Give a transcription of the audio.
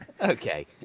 Okay